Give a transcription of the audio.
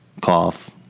cough